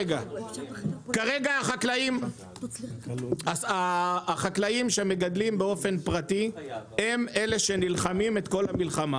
כרגע החקלאים שמגדלים באופן פרטי הם אלה שנלחמים את כל המלחמה.